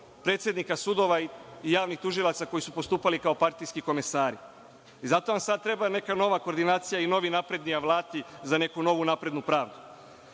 predsednika sudova i javnih tužilaca koji su postupali kao partijski komesari. Zato vam sad treba neka nova koordinacija i novi napredni alati za neku novu naprednu pravdu.